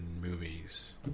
movies